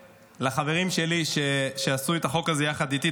לחברים שלי שעשו את החוק הזה יחד איתי,